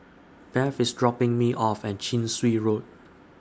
Beth IS dropping Me off At Chin Swee Road